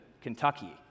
Kentucky